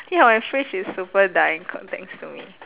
ya my fridge is super dying cau~ thanks to me